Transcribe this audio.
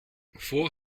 voor